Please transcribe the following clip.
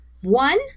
One